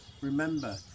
Remember